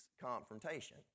confrontation